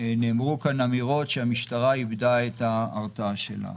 נאמרו כאן אמירות שהמשטרה איבדה את ההרתעה שלה.